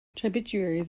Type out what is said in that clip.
tributaries